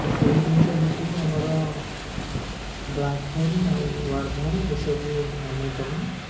ତ ସେଇ ଜିନିଷ ଭିତରୁ ଆମର ବ୍ଲାକ୍ହୋଲ୍ ଆଉ ୱାର୍ମହୋଲ୍ ଏସବୁ ଅନ୍ୟତମ